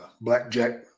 Blackjack